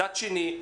מצד שני,